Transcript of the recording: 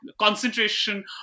concentration